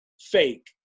fake